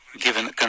given